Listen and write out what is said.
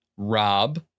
Rob